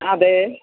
അതെ